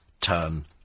Turn